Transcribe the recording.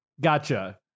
Gotcha